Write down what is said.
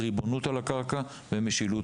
ללא ריבונות על הקרקע וללא משילות